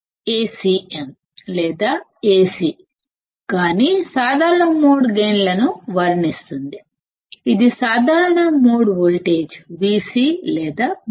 Acm లేదా Ac గాని common mode gain ని వర్ణిస్తుంది ఇది కామన్ మోడ్ వోల్టేజ్ Vc లేదా Vcm